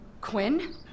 Quinn